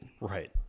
right